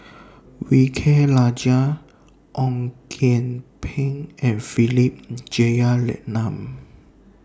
V K Rajah Ong Kian Peng and Philip Jeyaretnam